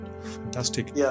Fantastic